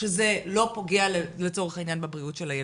שזה לא פוגע בבריאות של הילד.